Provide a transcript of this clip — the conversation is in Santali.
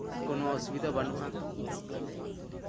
ᱠᱳᱱᱳ ᱚᱥᱩᱵᱤᱫᱟ ᱵᱟᱱᱩᱜᱼᱟ